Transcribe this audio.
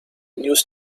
news